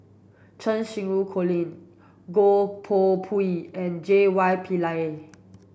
Cheng Xinru Colin Goh Koh Pui and J Y Pillay